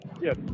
yes